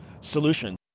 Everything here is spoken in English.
solution